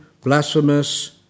blasphemous